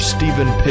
Stephen